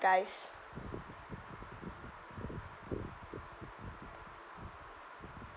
disguise